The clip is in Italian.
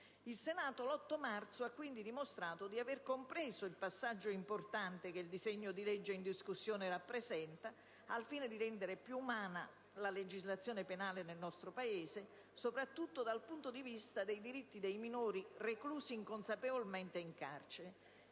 il Senato ha, quindi, dimostrato di avere compreso il passaggio importante che il disegno di legge in discussione rappresenta al fine di rendere più umana la legislazione penale nel nostro Paese, soprattutto dal punto di vista dei diritti dei minori, reclusi incolpevolmente in carcere,